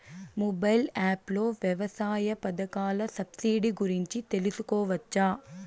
Mobile app లో వ్యవసాయ పథకాల సబ్సిడి గురించి తెలుసుకోవచ్చా?